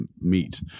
meet